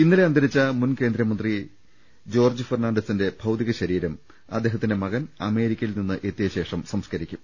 ഇന്നലെ അന്തരിച്ച മുൻ കേന്ദ്ര മന്ത്രി ജോർജ് ഫെർണാണ്ടസിന്റെ ഭൌതികശരീരം അദ്ദേഹത്തിന്റെ മകൻ അമേരിക്കയിൽ നിന്ന് എത്തിയശേഷം സംസ്കരിക്കും